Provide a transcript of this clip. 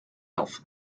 elf